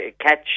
catch